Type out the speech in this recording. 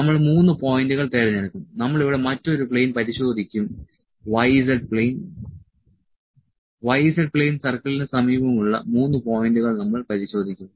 നമ്മൾ 3 പോയിന്റുകൾ തിരഞ്ഞെടുക്കും നമ്മൾ ഇവിടെ മറ്റൊരു പ്ലെയിൻ പരിശോധിക്കും y z plane y z plane സർക്കിളിന് സമീപമുള്ള 3 പോയിന്റുകൾ നമ്മൾ പരിശോധിക്കും